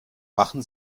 machen